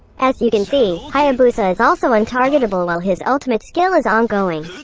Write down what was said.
as you can see, hayabusa is also untargettable while his ultimate skill is ongoing.